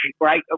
right